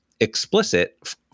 Explicit